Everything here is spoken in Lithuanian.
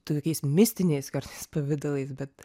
tokiais mistiniais kartais pavidalais bet